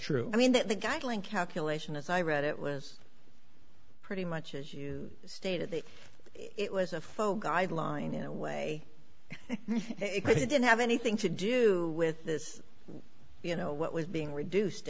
true i mean that the guideline calculation as i read it was pretty much as you stated that it was a phone guideline in a way it didn't have anything to do with this you know what was being reduced